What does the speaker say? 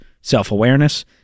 self-awareness